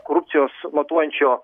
korupcijos matuojančio